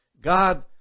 God